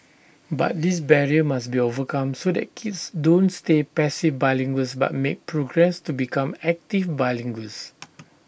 but this barrier must be overcome so that kids don't stay passive bilinguals but make progress to become active bilinguals